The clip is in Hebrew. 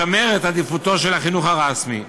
משמר את עדיפותו של החינוך הרשמי,